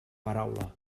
paraula